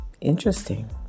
Interesting